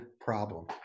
problem